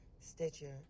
Stitcher